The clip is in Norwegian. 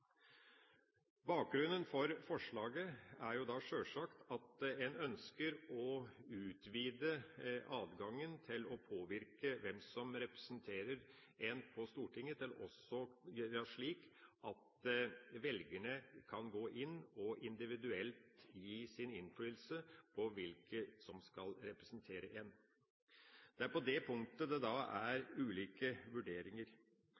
Bakgrunnen for forslaget er sjølsagt at en ønsker å utvide adgangen til å påvirke hvem som representerer en på Stortinget, slik at velgerne kan gå inn og individuelt ha innflytelse på hvem som skal representere en. Det er på det punktet det er ulike vurderinger.